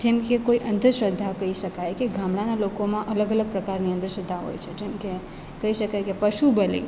જેમ કે કોઈ અંધશ્રદ્ધા કહી શકાય કે ગામડાંના લોકોમાં અલગ અલગ પ્રકારની અંધશ્રદ્ધાઓ હોય છે જેમ કે કહી શકાય કે પશુ બલિ